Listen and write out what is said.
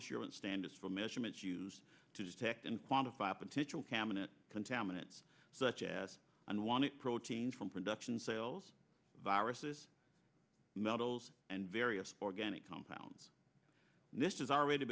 assurance standards for measurement used to detect and quantify potential cabinet contaminants such as unwanted proteins from production cells viruses metals and various organic compounds and this is already